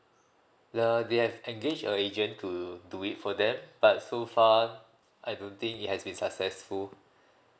the they have engage a agent to do it for them but so far I don't think it has been successful